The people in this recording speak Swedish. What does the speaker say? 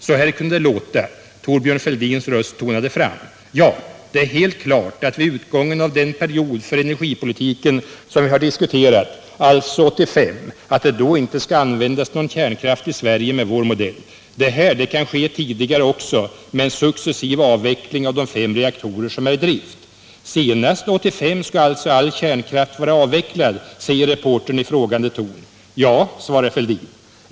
Så här kunde det låta:” Thorbjörn Fälldins röst tonade fram: ”Ja, det är helt klart att vid utgången av den period för energipolitiken som vi har diskuterat, alltså 1985, att det då inte skall användas någon kärnkraft i Sverige med vår modell. Det här, det kan ske tidigare också med en successiv avveckling av de fem reaktorer som är i drift.” ”Senast 1985 skall alltså all kärnkraft vara avvecklad?” säger reportern i frågande ton. ”Ja”, svarar Fälldin.